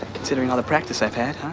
considering all the practice i've had, huh?